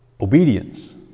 obedience